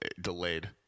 delayed